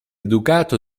ducato